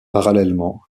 parallèlement